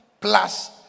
plus